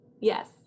Yes